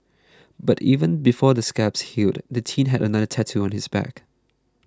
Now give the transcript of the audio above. but even before the scabs healed the teen had another tattooed on his back